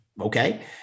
okay